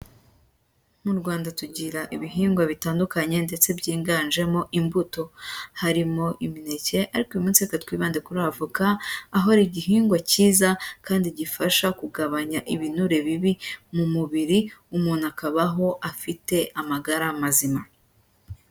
Mu Rwanda tugira ibihingwa bitandukanye ndetse byiganjemo imbuto, harimo imineke ariko uyu munsi reka twibande kuri avoka, aho ari igihingwa cyiza kandi gifasha kugabanya ibinure bibi mu mubiri, umuntu akabaho afite amagara mazima.